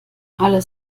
alles